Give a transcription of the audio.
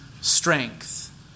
strength